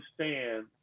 understand